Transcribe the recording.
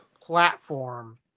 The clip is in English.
platform